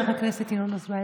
חבר הכנסת ינון אזולאי,